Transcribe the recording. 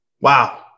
Wow